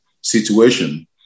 situation